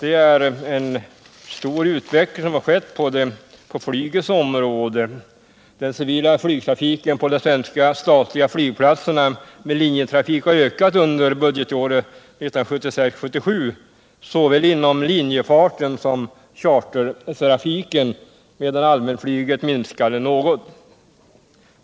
En omfattande utveckling har skett på flygets område. Den civila flygtrafiken på de svenska statliga flygplatserna med linjetrafik har ökat under budgetåret 1976/77 såväl inom linjefarten som chartertrafiken, medan allmänflyget minskade något.